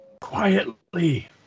Quietly